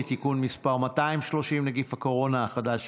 (תיקון מס' 230) (נגיף הקורונה החדש,